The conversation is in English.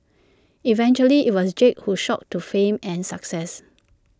eventually IT was Jake who shot to fame and success